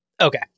Okay